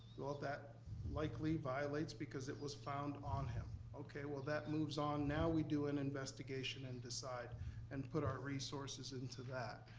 well, that likely violates, because it was found on him. okay, well, that moves on, now we do an investigation and decide and put our resources into that.